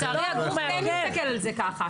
אחרת לא --- אבל לצערי הגוף כן מסתכל על זה כך.